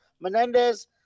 Menendez